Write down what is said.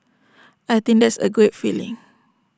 I think that's A great feeling